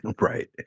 right